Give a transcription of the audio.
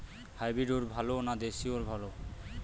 Hybrid ওল ভালো না দেশী ওল ভাল?